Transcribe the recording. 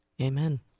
Amen